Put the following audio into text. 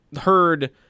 heard